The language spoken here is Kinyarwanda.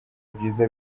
byiza